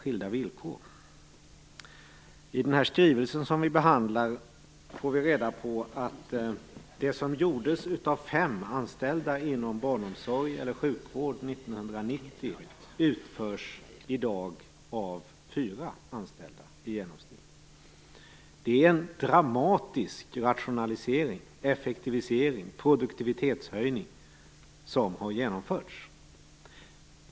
I den skrivelse som vi behandlar får vi reda på att det som gjordes av fem anställda inom barnomsorg eller sjukvård 1990 utförs i dag av fyra anställda i genomsnitt. Det är en dramatisk rationalisering, effektivisering och produktivitetshöjning som har genomförts.